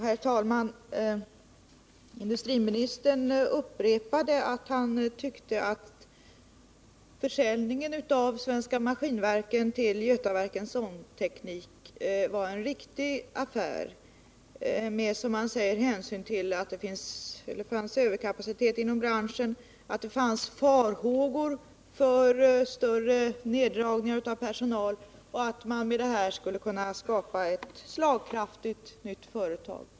Herr talman! Industriministern upprepade att han tyckte att försäljningen av Svenska Maskinverken till Götaverken Ångteknik var en riktig affär med, som han säger, hänsyn till att det fanns överkapacitet inom branschen och farhågor för större neddragningar av personal. Genom denna försäljning skulle man kunna skapa ett slagkraftigt nytt företag.